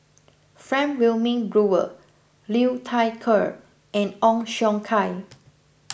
Frank Wilmin Brewer Liu Thai Ker and Ong Siong Kai